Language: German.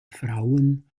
frauen